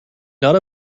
not